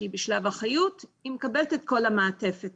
כשהיא בשלב החיות היא מקבלת את כל המעטפת